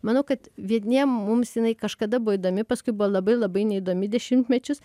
manau kad vieniem mums jinai kažkada buvo įdomi paskui buvo labai labai neįdomi dešimtmečius